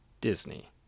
Disney